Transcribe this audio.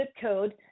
code